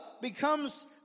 becomes